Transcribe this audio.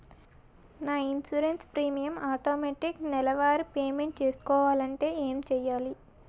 నా insurance premium automatic నెలవారి payment చేసుకోవాలంటే ఏంటి చేయాలి?